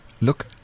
Look